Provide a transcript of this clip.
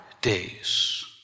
days